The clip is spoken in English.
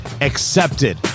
accepted